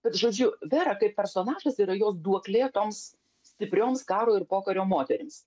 tad žodžiu vera kaip personažas yra jos duoklė toms stiprioms karo ir pokario moterims